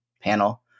panel